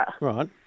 Right